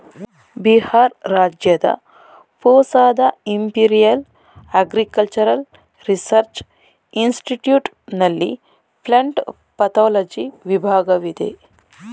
ಬಿಹಾರ್ ರಾಜ್ಯದ ಪೂಸಾದ imperial agricultural research institute ನಲ್ಲಿ ಪ್ಲಂಟ್ ಪತೋಲಜಿ ವಿಭಾಗವಿದೆ